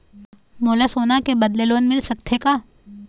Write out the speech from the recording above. मोला सोना के बदले लोन मिल सकथे का?